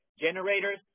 Generators